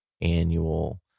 annual